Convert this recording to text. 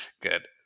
Good